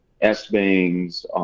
S-Bangs